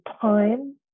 time